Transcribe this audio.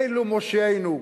אלו מושיעינו.